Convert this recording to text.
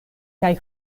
kaj